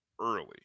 early